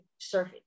surfing